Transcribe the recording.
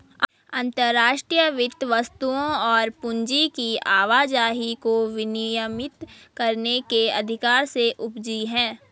अंतर्राष्ट्रीय वित्त वस्तुओं और पूंजी की आवाजाही को विनियमित करने के अधिकार से उपजी हैं